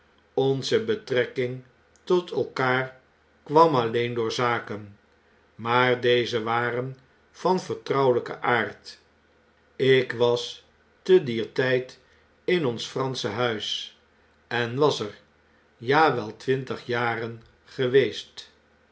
onze betrekking tot elkaar kwam alleen door zaken maar deze waren van vertrouwelyken aard ik was te dier tyd in ons fransche huis en was er ja wel twintig jaren geweest